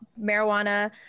marijuana